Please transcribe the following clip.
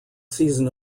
season